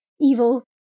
evil